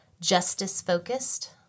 justice-focused